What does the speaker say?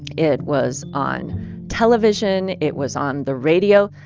it was on television. it was on the radio.